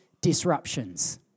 disruptions